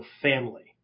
family